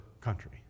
country